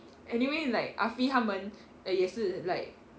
anyway like afee 他们也是 like